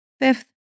Fifth